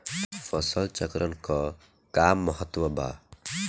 फसल चक्रण क का महत्त्व बा?